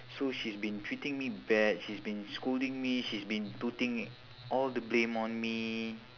so she's been treating me bad she's been scolding me she's been putting all the blame on me